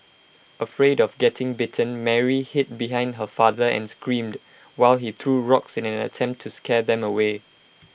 afraid of getting bitten Mary hid behind her father and screamed while he threw rocks in an attempt to scare them away